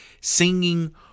singing